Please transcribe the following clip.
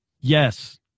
Yes